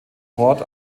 hort